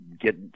get